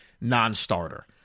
non-starter